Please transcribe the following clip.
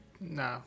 No